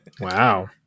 Wow